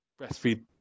breastfeed